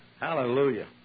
Hallelujah